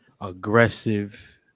aggressive